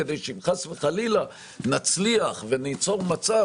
כדי שאם חס וחלילה נצליח וניצור מצב